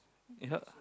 ya